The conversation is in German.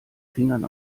fingern